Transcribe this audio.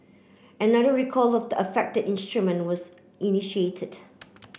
another recall of the affected instrument was initiated